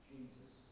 Jesus